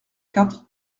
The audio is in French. quatre